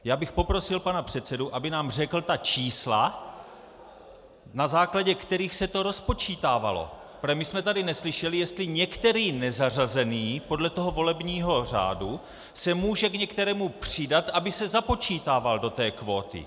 Já bych poprosil pana předsedu, aby nám řekl ta čísla, na základě kterých se to rozpočítávalo, protože my jsme tady neslyšeli, jestli některý nezařazený podle toho volebního řádu se může k některému přidat, aby se započítával do té kvóty.